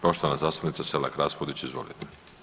Poštovana zastupnice Selak Raspudić, izvolite.